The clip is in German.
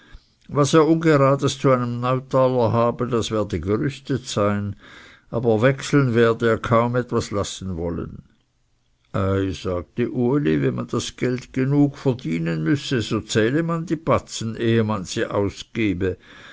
was er ungerades zu einem neutaler habe das werde gerüstet sein aber wechseln werde er kaum etwas lassen wollen ei sagte uli wenn man das geld genug verdienen müsse so zähle man die batzen ehe man sie ausgebe